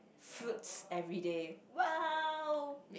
fruits everyday !wow!